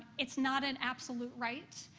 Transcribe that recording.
it's not an absolute right,